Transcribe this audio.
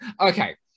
Okay